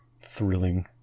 thrilling